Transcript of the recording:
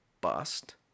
bust